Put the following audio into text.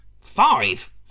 Five